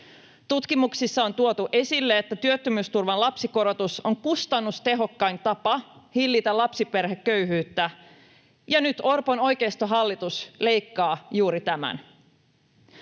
Tutkimuksissa on tuotu esille, että työttömyysturvan lapsikorotus on kustannustehokkain tapa hillitä lapsiperheköyhyyttä, ja nyt Orpon oikeistohallitus leikkaa juuri tämän.